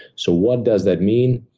so what does that mean?